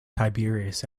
tiberius